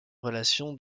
relation